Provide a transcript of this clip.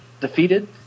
defeated